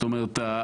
זאת אומרת,